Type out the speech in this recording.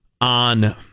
on